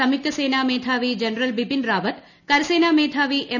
സംയുക്ത സേനാ മേധാവി ജനറൽ ബിപിൻ റാവത്ത് കരസേനാ മേധാവി എം